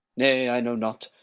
nay, i know not.